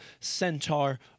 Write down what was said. Centaur